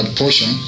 portion